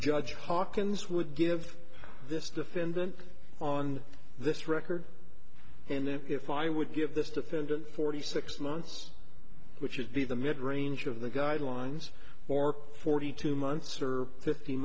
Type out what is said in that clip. judge hawkins would give this defendant on this record and if i would give this defendant forty six months which would be the mid range of the guidelines for forty two months or fift